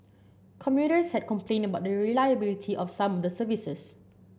commuters had complained about the reliability of some of the services